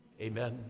Amen